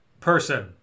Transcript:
Person